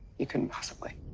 you couldn't possibly.